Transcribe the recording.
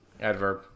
Adverb